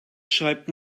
schreibt